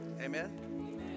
Amen